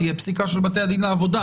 תהיה פסיקה של בתי הדין לעבודה